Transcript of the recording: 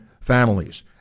families